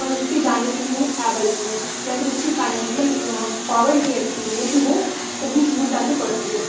पर उसके जाने के लिए वे एबल नहीं है या फिर उसकी फायनेंसियल पावर इतनी अच्छी नहीं है कि वे कहीं दूर जाकर पढ़ सकें